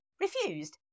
refused